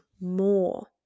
more